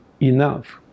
enough